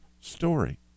story